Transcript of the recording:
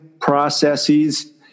processes